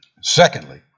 Secondly